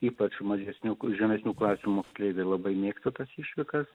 ypač mažesnių žemesnių klasių moksleiviai labai mėgsta tas išvykas